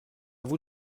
vous